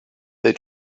they